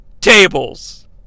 tables